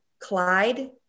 clyde